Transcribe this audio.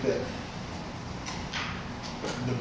that the